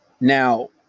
Now